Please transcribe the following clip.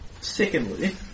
Secondly